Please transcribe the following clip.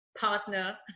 partner